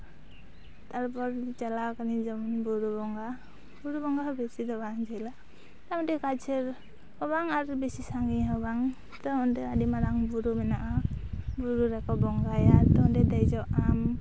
ᱛᱟᱨᱯᱚᱨ ᱪᱟᱞᱟᱣ ᱠᱟᱱᱤᱧ ᱡᱮᱢᱚᱱ ᱵᱩᱨᱩ ᱵᱚᱸᱜᱟ ᱵᱩᱨᱩ ᱵᱚᱸᱜᱟ ᱦᱚᱸ ᱵᱮᱥᱤ ᱫᱚ ᱵᱟᱝ ᱡᱷᱟᱹᱞᱟ ᱟᱨ ᱚᱸᱰᱮ ᱠᱟᱪᱷᱮᱨ ᱦᱚᱸ ᱵᱟᱝ ᱟᱨ ᱵᱮᱥᱤ ᱥᱟᱺᱜᱤᱧ ᱦᱚᱸ ᱵᱟᱝ ᱛᱚ ᱚᱸᱰᱮ ᱟᱹᱰᱤ ᱢᱟᱨᱟᱝ ᱵᱩᱨᱩ ᱢᱮᱱᱟᱜᱼᱟ ᱵᱩᱨᱩ ᱨᱮᱠᱚ ᱵᱚᱸᱜᱟᱭᱟ ᱟᱫᱚ ᱚᱸᱰᱮ ᱫᱮᱡᱚᱜᱼᱟᱢ